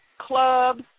clubs